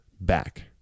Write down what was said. back